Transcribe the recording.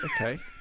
okay